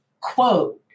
quote